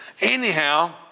Anyhow